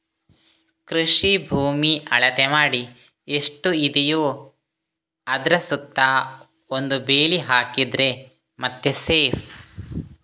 ಕೃಷಿ ಭೂಮಿ ಅಳತೆ ಮಾಡಿ ಎಷ್ಟು ಇದೆಯೋ ಅದ್ರ ಸುತ್ತ ಒಂದು ಬೇಲಿ ಹಾಕಿದ್ರೆ ಮತ್ತೆ ಸೇಫ್